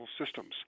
systems